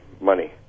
money